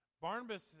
Barnabas